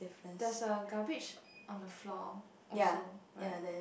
there's a garbage on the floor also right